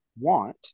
want